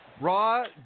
Raw